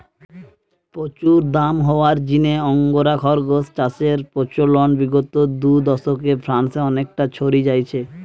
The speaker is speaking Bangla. প্রচুর দাম হওয়ার জিনে আঙ্গোরা খরগোস চাষের প্রচলন বিগত দুদশকে ফ্রান্সে অনেকটা ছড়ি যাইচে